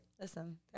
Listen